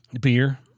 Beer